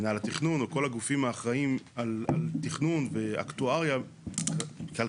מנהל התכנון או כל הגופים האחראים על תכנון ואקטואריה כלכלית